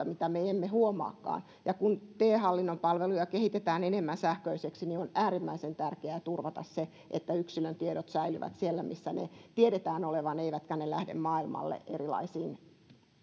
mitä me emme huomaakaan ja kun te hallinnon palveluja kehitetään enemmän sähköiseksi niin on äärimmäisen tärkeää turvata se että yksilön tiedot säilyvät siellä missä niiden tiedetään olevan eivätkä ne lähde maailmalle erilaisiin